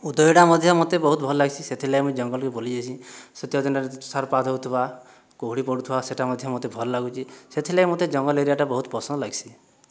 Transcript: ଉଦୟଟା ମଧ୍ୟ ମୋତେ ବହୁତ ଭଲ ଲାଗ୍ସି ସେଥିର୍ଲାଗି ମୁଇଁ ଜଙ୍ଗଲକୁ ବୁଲି ଯାଏସି ଶୀତ ଦିନଟାରେ ତୁଷାରପାତ ହେଉଥିବା କୁହୁଡ଼ି ପଡ଼ୁଥିବା ସେହିଟା ମଧ୍ୟ ମୋତେ ଭଲ ଲାଗୁଛି ସେଥିର୍ଲାଗି ମୋତେ ଜଙ୍ଗଲ ଏରିଆଟା ବହୁତ ପସନ୍ଦ ଲାଗ୍ସି